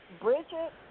Bridget